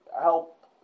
help